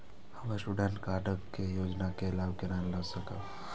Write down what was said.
हम student credit card के योजना के लाभ केना लय सकब?